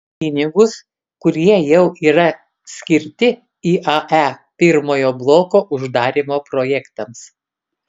pinigus kurie jau yra skirti iae pirmojo bloko uždarymo projektams